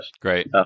Great